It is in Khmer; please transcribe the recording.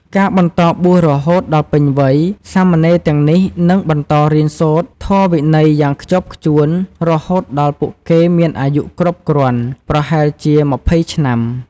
ការបន្តបួសរហូតដល់ពេញវ័យ សាមណេរទាំងនេះនឹងបន្តរៀនសូត្រធម៌វិន័យយ៉ាងខ្ជាប់ខ្ជួនរហូតដល់ពួកគេមានអាយុគ្រប់គ្រាន់ ប្រហែលជា ២០ ឆ្នាំ។